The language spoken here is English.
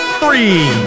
three